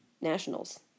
Nationals